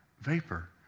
Vapor